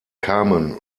kamen